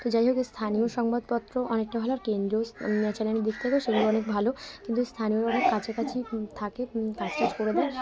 তো যাই হোক এই স্থানীয় সংবাদপত্র অনেকটা ভালো আর কেন্দ্রীয় মানে চ্যানেলের দিক থেকেও সেগুলো অনেক ভালো কিন্তু স্থানীয়রা কাছাকাছি থাকে কাজ টাজ করে দেয়